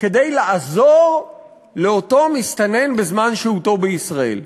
כדי לעזור לאותו מסתנן בזמן שהותו בישראל.